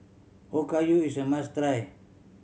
okayu is a must try